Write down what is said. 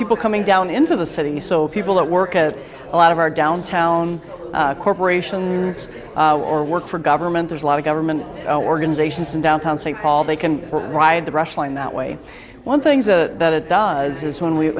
people coming down into the city so people that work a lot of our downtown corporations or work for government there's a lot of government organizations in downtown st paul they can ride the rush line that way one things the that it does is when we